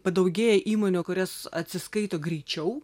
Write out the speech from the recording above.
padaugėja įmonių kurias atsiskaito greičiau